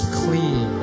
clean